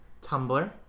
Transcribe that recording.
Tumblr